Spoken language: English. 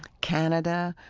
canada.